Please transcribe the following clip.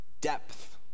depth